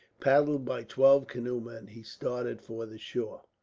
paddled by twelve canoe men, he started for the shore.